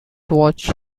watch